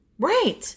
Right